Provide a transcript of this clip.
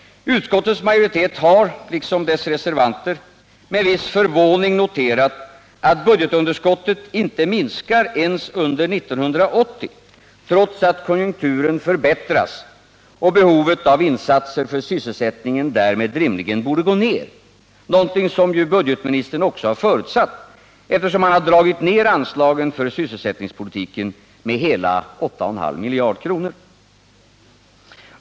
Utskottets majoritet har, liksom dess reservanter, med viss förvåning noterat, att budgetunderskottet inte minskar ens under 1980, trots att konjunkturen förbättras och behovet av insatser för sysselsättningen därmed rimligen borde gå ner, något som budgetministern också förutsatt, eftersom han dragit ner anslagen för sysselsättningspolitiken med hela 8,5 miljarder.